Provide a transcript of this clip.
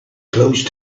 close